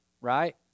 right